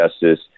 justice